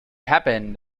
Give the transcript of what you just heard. happened